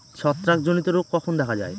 ছত্রাক জনিত রোগ কখন দেখা য়ায়?